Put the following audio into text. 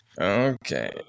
Okay